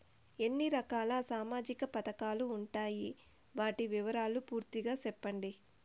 ఎన్ని రకాల సామాజిక పథకాలు ఉండాయి? వాటి వివరాలు పూర్తిగా సెప్పండి?